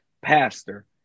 pastor